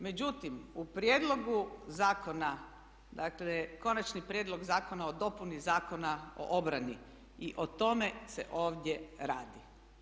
Međutim, u prijedlogu zakona, dakle Konačni prijedlog Zakona o dopuni Zakona o obrani i o tome da ovdje radi.